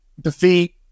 defeat